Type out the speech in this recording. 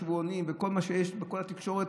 השבועונים וכל מה שיש בכל התקשורת,